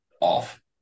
off